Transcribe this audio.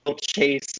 Chase